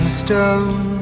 stone